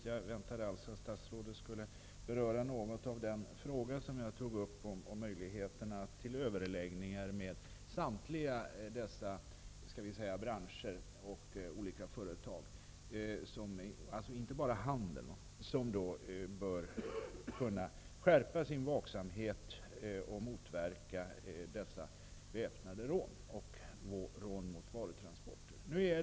Jag väntade på att statsrådet något skulle beröra den fråga som jag tog upp om möjligheterna till överläggningar med samtliga dessa branscher och företag som bör kunna skärpa sin vaksamhet och motverka väpnade rån och rån mot värdetransporter.